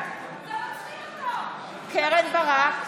בעד קרן ברק,